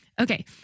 Okay